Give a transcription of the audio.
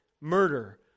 murder